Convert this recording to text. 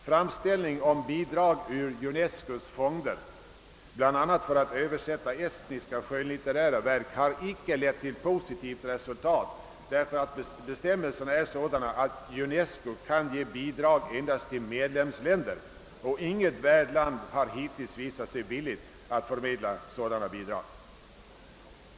Framställning om bidrag ur UNESCO:s fonder, bl.a. för att översätta estniska «skönlitterära verk, har inte lett till po sitivt resultat eftersom bestämmelserna är sådana att UNESCO endast kan ge bidrag till medlemsländer, och inget värdland har hittills visat sig villigt att förmedla sådana bidrag.